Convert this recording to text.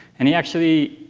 and he actually